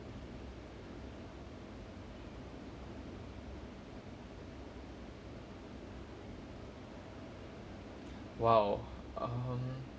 !wow! um